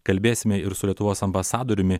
kalbėsime ir su lietuvos ambasadoriumi